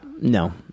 no